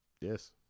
Yes